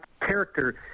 character